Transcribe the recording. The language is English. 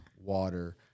water